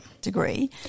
degree